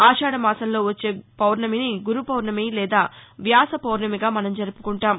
ఆషాధ మాసంలో వచ్చే పౌర్ణమిని గురు పౌర్ణమి లేదా వ్యాస పౌర్ణమిగా మనం జరుపుకుంటాం